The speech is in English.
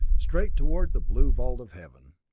straight toward the blue vault of heaven.